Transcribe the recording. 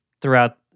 throughout